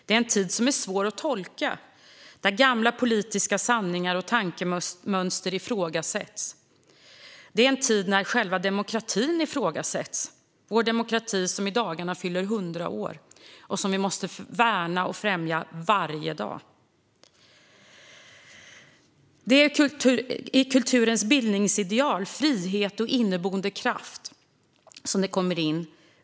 Det är en tid som är svår att tolka, där gamla politiska sanningar och tankemönster ifrågasätts. Det är en tid när själva demokratin ifrågasätts, vår demokrati som i dagarna fyller 100 år och som vi måste värna och främja varje dag. Det är här kulturens bildningsideal, frihet och inneboende kraft kommer in.